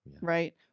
right